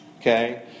okay